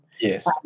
Yes